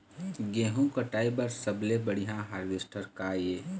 गेहूं कटाई बर सबले बढ़िया हारवेस्टर का ये?